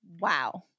wow